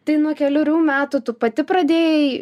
tai nuo kelerių metų tu pati pradėjai